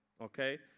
okay